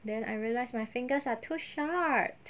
then I realise my fingers are too short